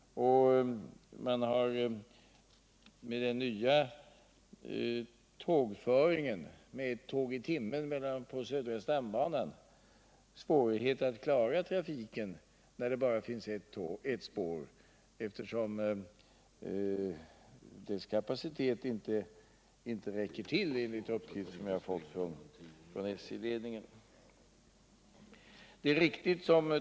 Med den nya tågföringen med ett tåg i timmen på södra stambanan har man svårigheter att klara trafiken med bara ett spår. Dess kapacitet räcker inte till enligt de uppgifter jag fått från SJ-ledningen.